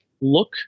look